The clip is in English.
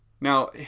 Now